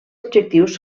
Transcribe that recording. objectius